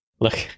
Look